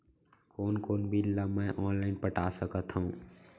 कोन कोन बिल ला मैं ऑनलाइन पटा सकत हव?